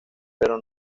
pero